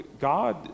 God